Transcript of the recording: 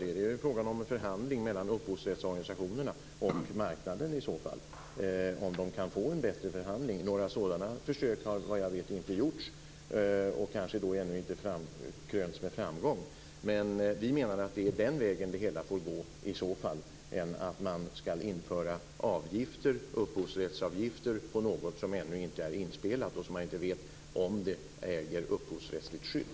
Här är det väl fråga om en förhandling mellan upphovsrättsorganisationerna och marknaden i så fall och om man kan få till stånd en bättre förhandling. Några sådana försök har vad jag vet inte gjorts och kanske då ännu inte krönts med framgång. Men vi menar att det är den vägen det hela får gå i så fall, snarare än att man skall införa upphovsrättsavgifter på något som ännu inte är inspelat. Man kan ju då inte veta om det äger upphovsrättsligt skydd.